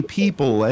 people